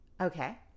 okay